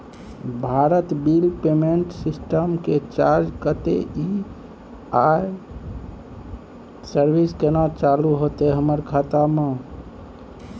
Bharat bill payment system के charge कत्ते इ आ इ सर्विस केना चालू होतै हमर खाता म?